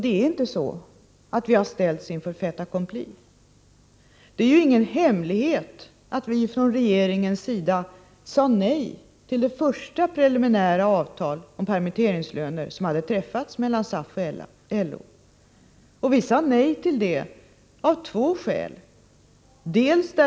Det är inte så att vi har ställts inför ett fait accompli. Det är ju ingen hemlighet att vi ifrån regeringens sida sade nej till det första preliminära avtalet om permitteringslön som träffades mellan SAF och LO. Regeringen sade nej till detta avtal av två skäl.